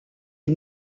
est